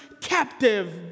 captive